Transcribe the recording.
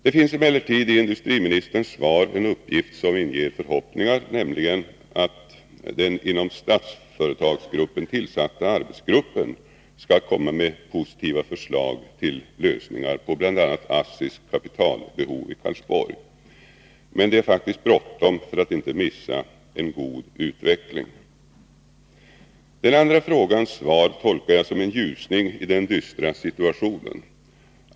Det finns emellertid i industriministerns svar en uppgift som inger förhoppningar, nämligen att den inom Statsföretagsgruppen tillsatta arbetsgruppen skall komma med positiva förslag till lösningar på bl.a. ASSI:s kapitalbehov i Karlsborg. Men det är faktiskt bråttom för att man inte skall missa en god utveckling. Svaret på den andra frågan tolkar jag som en ljusning i den dystra situationen.